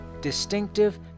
distinctive